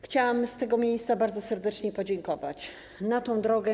Chciałam z tego miejsca bardzo serdecznie podziękować za tę drogę.